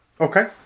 Okay